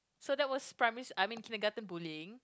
so that was primary sch~ I mean kindergarten bullying